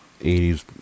80s